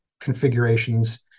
configurations